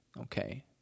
Okay